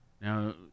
now